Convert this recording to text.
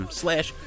slash